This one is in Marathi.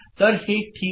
तर हे ठीक आहे